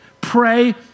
Pray